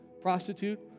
prostitute